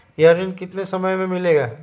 यह ऋण कितने समय मे मिलेगा?